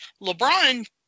LeBron